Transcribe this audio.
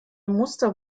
muster